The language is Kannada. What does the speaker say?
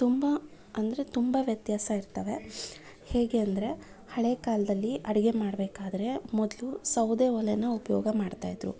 ತುಂಬ ಅಂದರೆ ತುಂಬ ವ್ಯತ್ಯಾಸ ಇರ್ತವೆ ಹೇಗೆ ಅಂದರೆ ಹಳೆಯ ಕಾಲದಲ್ಲಿ ಅಡಿಗೆ ಮಾಡ್ಬೇಕಾದ್ರೆ ಮೊದಲು ಸೌದೆ ಒಲೆನ ಉಪಯೋಗ ಮಾಡ್ತಾ ಇದ್ದರು